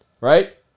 right